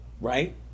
right